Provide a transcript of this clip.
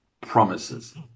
promises